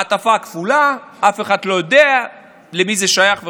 במעטפה כפולה, אף אחד לא יודע למי זה שייך וכו'.